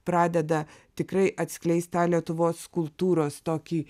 pradeda tikrai atskleist tą lietuvos kultūros tokį